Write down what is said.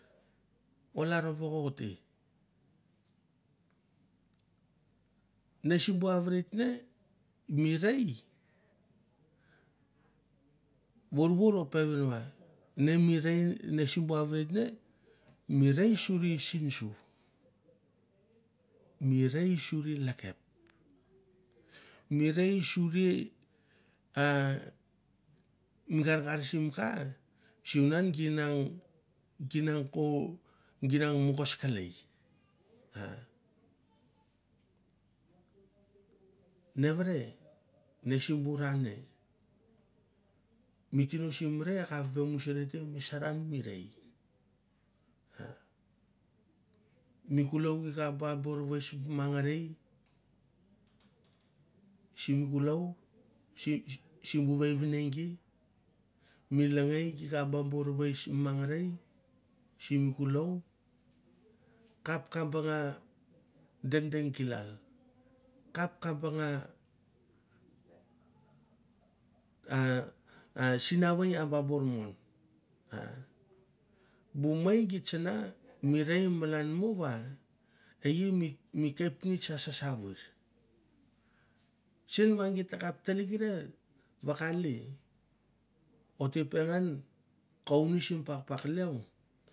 O lalro vokovote ne simbu avret ne mi rei vorvor o peven va ne mi rei ne simbu avret ne, mi rei suri sinsu mi rei suri lekep, mi rei suri ah mi gargar sim ka sunan gi nang, gi nang ko, gi nang mogos kelei nevere ne simbu ra ne mi tino sim rei akap vemsuri te mi rosaran mi rei, mi kulou gi kap ba buer ves mangrei sim kulou sim bu vevine gi mi lengei gi kap ba buer ves mangrei sim kulou, kep ka banga dedeng kilal kap ka banga a a sinavei a ba bor mon. Bu mei gi tsang mi rei malan mo va e i mi kepnets a sasaver. Sen va git ta kap tlekiran vakale ot e penan kouni simi.